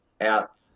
out